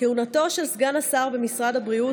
כהונתו של סגן השר במשרד הבריאות,